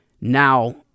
now